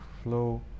flow